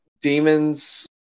demons